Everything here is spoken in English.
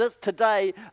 today